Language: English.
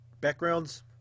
backgrounds